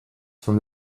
from